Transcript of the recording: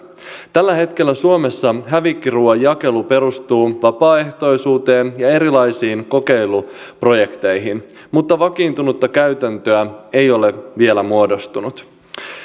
tällä hetkellä suomessa hävikkiruuan jakelu perustuu vapaaehtoisuuteen ja erilaisiin kokeiluprojekteihin mutta vakiintunutta käytäntöä ei ole vielä muodostunut